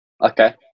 okay